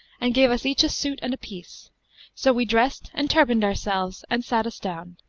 and gave us each a suit and a piece so we dressed and turbanded ourselves and sat us down.